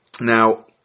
Now